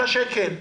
על השקל.